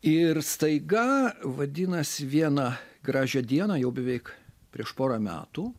ir staiga vadinasi vieną gražią dieną jau beveik prieš porą metų